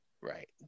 Right